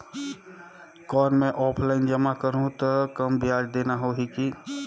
कौन मैं ऑफलाइन जमा करहूं तो कम ब्याज देना होही की?